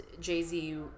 Jay-Z